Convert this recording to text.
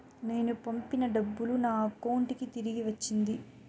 నేను పంపిన డబ్బులు నా అకౌంటు కి తిరిగి వచ్చింది